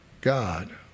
God